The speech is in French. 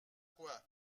quoi